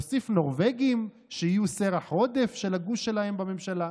נוסיף נורבגים שיהיו סרח עודף של הגוש שלהם בממשלה,